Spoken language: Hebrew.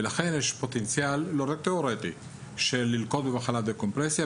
ולכן יש פוטנציאל לא רק תיאורטי ללקות במחלת דקומפרסיה,